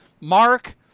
Mark